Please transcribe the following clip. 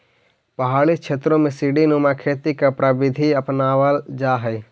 पहाड़ी क्षेत्रों में सीडी नुमा खेती की प्रविधि अपनावाल जा हई